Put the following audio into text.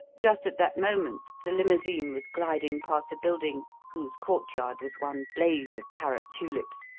just at that moment the limousine was gliding past a building whose courtyard was one blaze of parrot tulips,